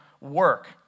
work